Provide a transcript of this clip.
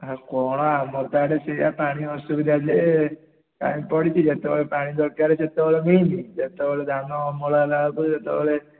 ଆଉ କ'ଣ ଆମର ତ ଇଆଡ଼େ ସେଇଆ ପାଣି ଅସୁବିଧା ଯେ ପଡ଼ିଛି ଯେତେବେଳେ ପାଣି ଦରକାର ଯେତେବେଳେ ନିଲ୍ ଯେତେବେଳେ ଧାନ ଅମଳ ହେଲା ବେଳକୁ ଯେତେବେଳେ